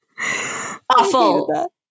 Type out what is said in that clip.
awful